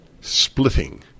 splitting